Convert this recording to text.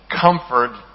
comfort